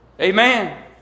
Amen